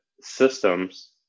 systems